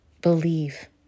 Believe